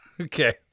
Okay